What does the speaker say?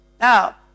Now